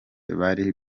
bari